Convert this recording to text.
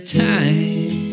time